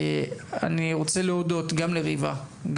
אני רוצה להודות גם לריבה,